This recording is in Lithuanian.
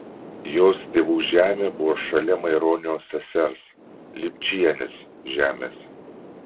jos tėvų žemė buvo šalia maironio sesers lipčienės žemės